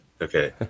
Okay